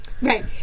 Right